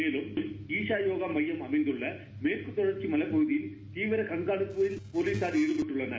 மேலும் ஈசா யோகா மையம் அமைந்துள்ள மேற்கு தொடர்க்சி மலைப் பகுதியில் தீவிர கண்காணிப்பில் போலீசார் ஈடுபட்டுள்ளனர்